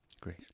great